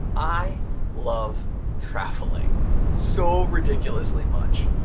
i love traveling so ridiculously much,